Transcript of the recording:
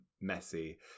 messy